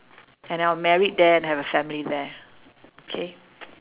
and I will married there and have a family there okay